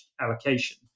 allocation